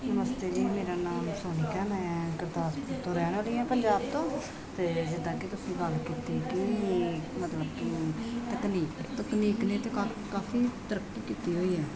ਨਮਸਤੇ ਜੀ ਮੇਰਾ ਨਾਮ ਸੋਨਿਕਾ ਮੈ ਗੁਰਦਾਸਪੁਰ ਤੋਂ ਰਹਿਣ ਵਾਲੀ ਹਾਂ ਪੰਜਾਬ ਤੋਂ ਅਤੇ ਜਿੱਦਾਂ ਕਿ ਤੁਸੀਂ ਗੱਲ ਕੀਤੀ ਕਿ ਮਤਲਬ ਕਿ ਤਕਨੀਕ ਤਕਨੀਕ ਨੇ ਤਾਂ ਕਾਫੀ ਕਾਫੀ ਤਰੱਕੀ ਕੀਤੀ ਹੋਈ ਹੈ